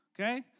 Okay